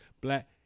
Black